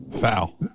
Foul